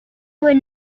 would